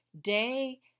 day